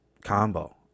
combo